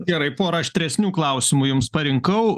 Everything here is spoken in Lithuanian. gerai porą aštresnių klausimų jums parinkau